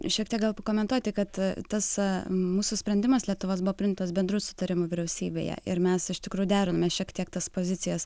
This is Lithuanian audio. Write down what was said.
šiek tiek gal pakomentuoti kad tas mūsų sprendimas lietuvos buvo priimtas bendru sutarimu vyriausybėje ir mes iš tikrųjų derinome šiek tiek tas pozicijas